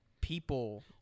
people